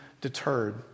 deterred